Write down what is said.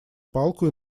палку